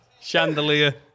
Chandelier